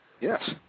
Yes